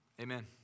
amen